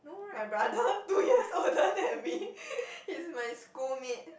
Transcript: my brother two years older than me he's my schoolmate